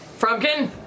Frumpkin